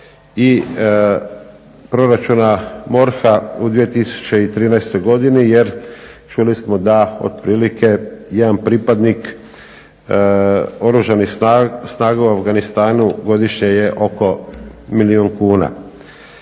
i proračuna MORH-a u 2013. godini jer čuli smo da otprilike jedan pripadnik Oružanih snaga u Afganistanu godišnje je oko milijun kuna.